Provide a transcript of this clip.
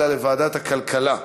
אלא לוועדת הכלכלה.